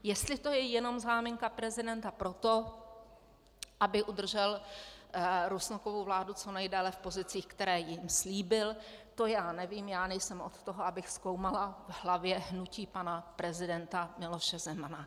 Jestli to je jenom záminka prezidenta pro to, aby udržel Rusnokovu vládu co nejdéle v pozicích, které jim slíbil, to já nevím, já nejsem od toho, abych zkoumala v hlavě hnutí pana prezidenta Miloše Zemana.